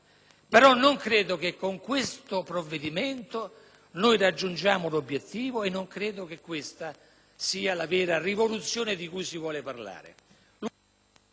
però non credo che con questo provvedimento noi raggiungiamo l'obiettivo e non credo che questa sia la vera rivoluzione di cui si vuole parlare.